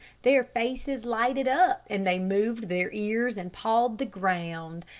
their faces lighted up and they moved their ears and pawed the ground,